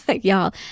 Y'all